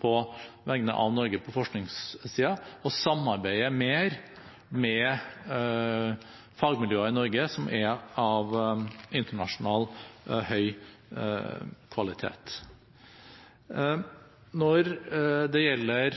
på vegne av Norge på forskningssiden, til å samarbeide mer med fagmiljøer i Norge som er av høy internasjonal kvalitet. Når det gjelder